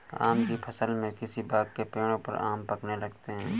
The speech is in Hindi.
आम की फ़सल में किसी बाग़ के पेड़ों पर आम पकने लगते हैं